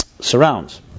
surrounds